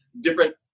different